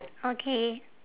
okay